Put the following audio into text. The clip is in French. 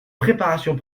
préparation